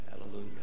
Hallelujah